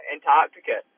Antarctica